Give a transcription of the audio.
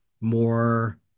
more